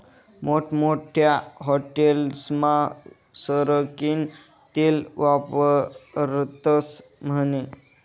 मोठमोठ्या हाटेलस्मा सरकीनं तेल वापरतस म्हने